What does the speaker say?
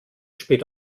spät